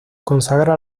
consagra